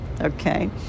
okay